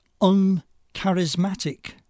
uncharismatic